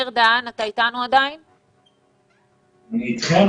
אני אתכם.